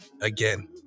Again